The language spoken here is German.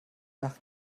nach